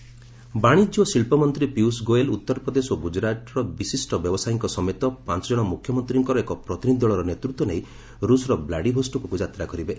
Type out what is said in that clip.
ପିୟୁଷ ଗୋୟଲ୍ ବାଣିଜ୍ୟ ଓ ଶିଳ୍ପ ମନ୍ତ୍ରୀ ପିୟଷ ଗୋୟଲ୍ ଉତ୍ତର ପ୍ରଦେଶ ଓ ଗୁଜରାଟର ବିଶିଷ୍ଟ ବ୍ୟବସାୟୀଙ୍କ ସମେତ ପାଞ୍ଚ ଜଣ ମୁଖ୍ୟମନ୍ତୀଙ୍କର ଏକ ପ୍ରତିନିଧି ଦଳର ନେତୃତ୍ୱ ନେଇ ରୁଷର ବ୍ଲୁଡିଭୋଷକ୍କୁ ଯାତ୍ରା କରିବେ